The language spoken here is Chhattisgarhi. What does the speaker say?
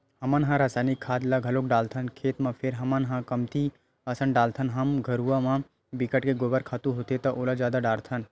हमन ह रायसायनिक खाद ल घलोक डालथन खेत म फेर हमन ह कमती असन डालथन हमर घुरूवा म बिकट के गोबर खातू होथे त ओला जादा डारथन